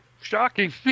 shocking